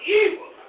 evil